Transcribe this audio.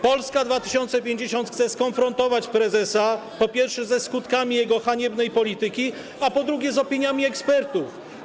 Polska 2050 chce skonfrontować prezesa, po pierwsze, ze skutkami jego haniebnej polityki, a po drugie, z opiniami ekspertów.